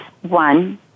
One